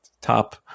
top